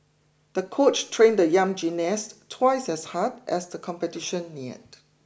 the coach trained the young gymnast twice as hard as the competition neared